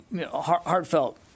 heartfelt